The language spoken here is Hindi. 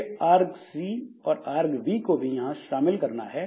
मुझे argc और argv को भी यहाँ शामिल करना है